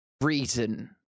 reason